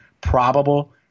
probable